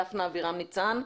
דפנה אבירם ניצן.